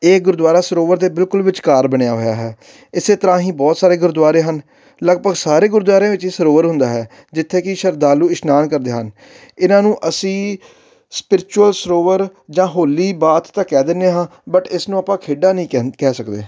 ਇਹ ਗੁਰਦੁਆਰਾ ਸਰੋਵਰ ਦੇ ਬਿਲਕੁਲ ਵਿਚਕਾਰ ਬਣਿਆ ਹੋਇਆ ਹੈ ਇਸੇ ਤਰ੍ਹਾਂ ਹੀ ਬਹੁਤ ਸਾਰੇ ਗੁਰਦੁਆਰੇ ਹਨ ਲਗਭਗ ਸਾਰੇ ਗੁਰਦੁਆਰਿਆਂ ਵਿੱਚ ਹੀ ਸਰੋਵਰ ਹੁੰਦਾ ਹੈ ਜਿੱਥੇ ਕਿ ਸ਼ਰਧਾਲੂ ਇਸ਼ਨਾਨ ਕਰਦੇ ਹਨ ਇਹਨਾਂ ਨੂੰ ਅਸੀਂ ਸਪਿਰਚੁਅਲ ਸਰੋਵਰ ਜਾਂ ਹੋਲੀ ਬਾਥ ਤਾਂ ਕਹਿ ਦਿੰਦੇ ਹਾਂ ਬਟ ਇਸਨੂੰ ਆਪਾਂ ਖੇਡਾਂ ਨਹੀਂ ਕਹਿ ਕਹਿ ਸਕਦੇ